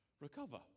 recover